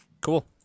Cool